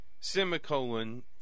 semicolon